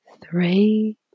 three